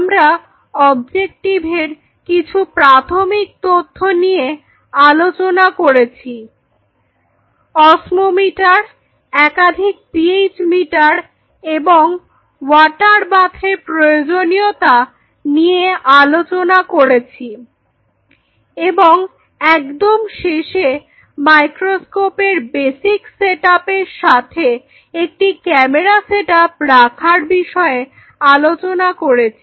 আমরা অবজেকটিভের কিছু প্রাথমিক তথ্য নিয়ে আলোচনা করেছিঅস্মোমিটার একাধিক পিএইচ মিটার এবং ওয়াটার বাথের প্রয়োজনীয়তা নিয়ে আলোচনা করেছিএবং একদম শেষে মাইক্রোস্কোপ এর বেসিক সেটআপ এর সাথে একটি ক্যামেরা সেটআপ রাখার বিষয়ে আলোচনা করেছি